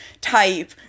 type